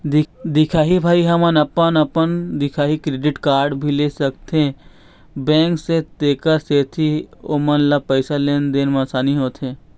दिखाही भाई हमन अपन अपन दिखाही क्रेडिट कारड भी ले सकाथे बैंक से तेकर सेंथी ओमन ला पैसा लेन देन मा आसानी होथे?